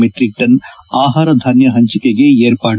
metric ton ಆಹಾರಧಾನ್ಯ ಹಂಚಿಕೆಗೆ ಏರ್ಪಾದು